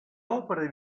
opere